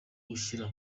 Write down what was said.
yashyize